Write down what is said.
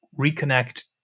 reconnect